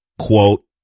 Quote